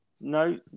No